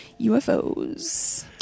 UFOs